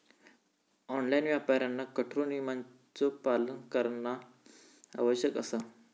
online व्यापाऱ्यांना कठोर नियमांचो पालन करणा आवश्यक असा